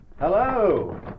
Hello